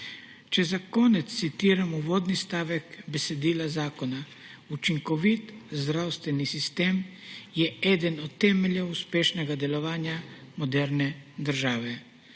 Če za konec citiram uvodni stavek besedila zakona: »Učinkovit zdravstveni sistem je eden od temeljev uspešnega delovanja moderne države.«